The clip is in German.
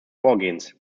vorgehens